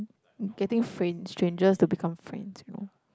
getting stange~ strangers to become friends you know